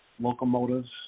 locomotives